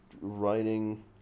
writing